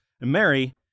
Mary